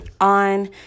on